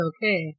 Okay